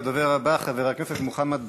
הדובר הבא, חבר הכנסת מוחמד ברכה,